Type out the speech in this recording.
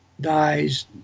dies